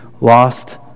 lost